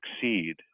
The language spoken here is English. succeed